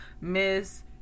Miss